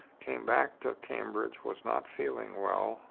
came back to cambridge, was not feeling well,